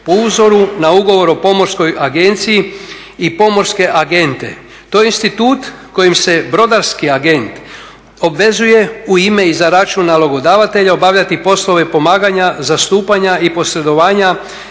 po uzoru na ugovor o pomorskoj agenciji i pomorske agente. To je institut kojim se brodarski agent obvezuje u ime i za … obavljati poslove pomaganja, zastupanja i posredovanja